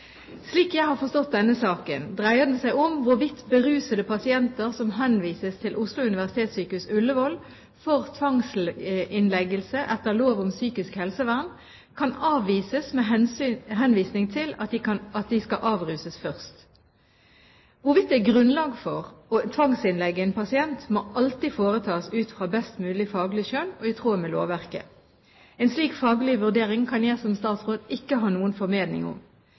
Slik jeg har forstått denne saken, dreier den seg om hvorvidt berusede pasienter som henvises til Oslo universitetssykehus, Ullevål for tvangsinnleggelse etter lov om psykisk helsevern, kan avvises med henvisning til at de skal avruses først. Hvorvidt det er grunnlag for å tvangsinnlegge en pasient, må alltid foretas ut fra best mulig faglig skjønn og i tråd med lovverket. En slik faglig vurdering kan jeg som statsråd ikke ha noen formening om.